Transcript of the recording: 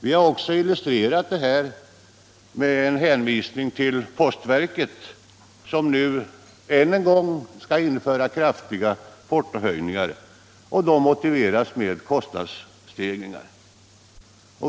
Vi har illustrerat detta med en hänvisning till postverket, som ännu en gång skall genomföra kraftiga portohöjningar, som motiveras med kostnadsstegringar.